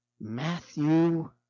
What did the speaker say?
Matthew